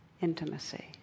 intimacy